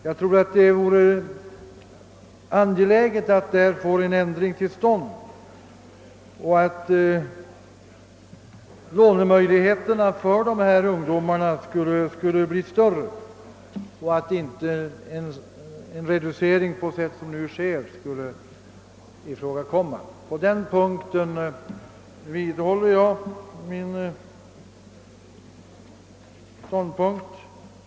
Jag tror att det är angeläget att här få en ändring till stånd, så att lånemöjligheterna för dessa ungdomar blir stör re än de är nu och att den reducering, som nu görs, helt försvinner eller inte drabbar så hårt. På den punkten vidhåller jag min uppfattning.